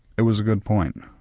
it was a good point,